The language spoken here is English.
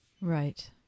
Right